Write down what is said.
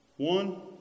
One